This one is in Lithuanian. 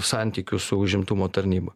santykių su užimtumo tarnyba